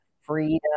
freedom